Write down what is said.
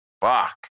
fuck